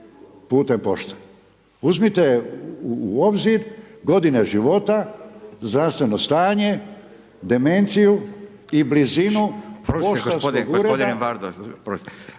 putem pošte. Uzmite u obzir godine život, zdravstveno stanje, demenciju i blizinu …/Upadica